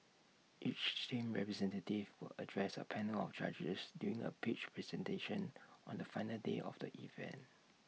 each team's representative will address A panel of judges during A pitch presentation on the final day of the event